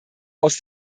aus